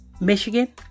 Michigan